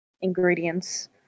ingredients